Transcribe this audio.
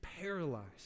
paralyzed